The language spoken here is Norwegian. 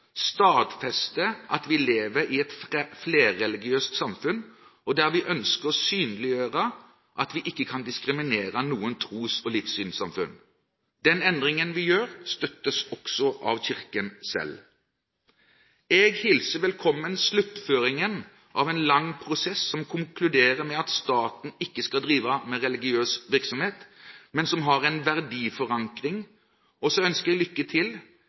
at vi lever i et flerreligiøst samfunn, og der vi ønsker å synliggjøre at vi ikke kan diskriminere noen tros- og livssynssamfunn. Den endringen vi gjør, støttes også av Kirken selv. Jeg hilser velkommen sluttføringen av en lang prosess, der det konkluderes med at staten ikke skal drive med religiøs virksomhet, men skal ha en verdiforankring. Jeg ønsker en folkekirke som er trygg og